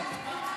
לא.